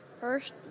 First